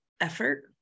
effort